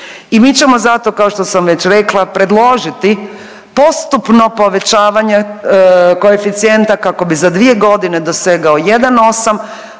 I mi ćemo zato kao što sam već rekla preložiti postupno povećavanje koeficijenta kako bi za dvije godine dosegao 1,8.